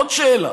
עוד שאלה.